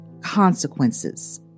consequences